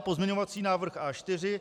Pozměňovací návrh A4.